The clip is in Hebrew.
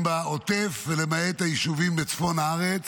בעוטף ולמעט היישובים בצפון הארץ,